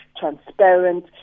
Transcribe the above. transparent